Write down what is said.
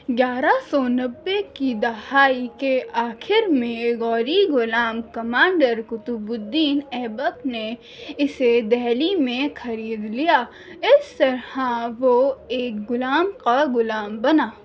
گیارہ سو نبے کی دہائی کے آخر میں غوری غلام کمانڈر قطب الدین ایبک نے اسے دہلی میں خرید لیا اس طرح وہ ایک غلام کا غلام بنا